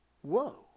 whoa